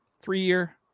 Three-year